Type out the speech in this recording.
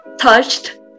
touched